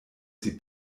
sie